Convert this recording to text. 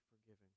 forgiven